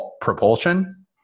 propulsion